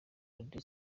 radio